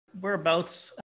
whereabouts